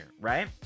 right